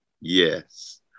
yes